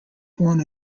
born